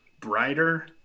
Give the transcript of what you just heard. brighter